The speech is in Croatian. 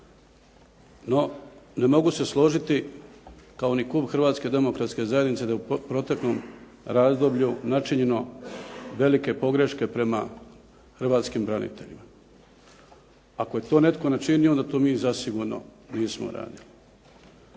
No, ne mogu se složiti kao ni klub Hrvatske demokratske zajednice da je u proteklom razdoblju načinjeno velike pogreške prema hrvatskim braniteljima. Ako je to netko načinio onda to mi zasigurno nismo radili.